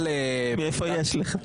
מאיפה יש לך?